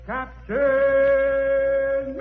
Captain